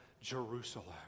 Jerusalem